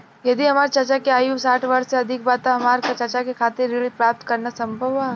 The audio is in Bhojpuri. यदि हमार चाचा के आयु साठ वर्ष से अधिक बा त का हमार चाचा के खातिर ऋण प्राप्त करना संभव बा?